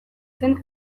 zen